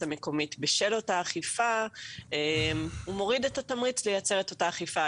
המקומית בשל אותה אכיפה הוא מוריד את התמריץ לייצר את אותה אכיפה.